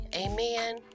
Amen